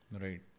Right